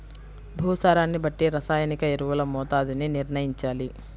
భూసారాన్ని బట్టి రసాయనిక ఎరువుల మోతాదుని నిర్ణయంచాలి